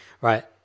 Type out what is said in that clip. Right